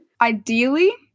Ideally